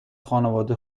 خانوادم